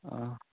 ಹಾಂ